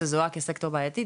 זה זוהה כסקטור בעייתי,